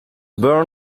born